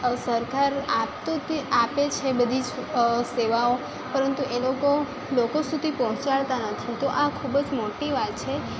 સરકાર આપે તો આપે છે બધી જ સેવાઓ પરંતુ એ લોકો લોકો સુધી પહોંચાળતા નથી તો આ ખૂબ જ મોટી વાત છે